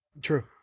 True